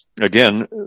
again